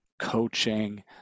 coaching